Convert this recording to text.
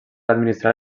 administrar